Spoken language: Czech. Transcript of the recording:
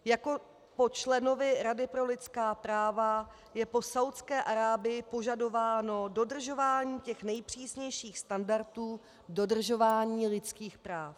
Jako po členovi Rady pro lidská práva je po Saúdské Arábii požadováno dodržování těch nejpřísnějších standardů dodržování lidských práv.